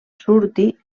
surti